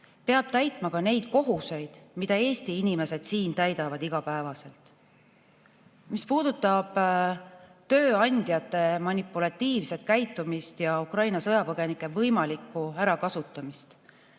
peab täitma neid kohustusi, mida Eesti inimesed siin täidavad igapäevaselt. Mis puudutab tööandjate manipulatiivset käitumist ja Ukraina sõjapõgenike võimalikku ärakasutamist,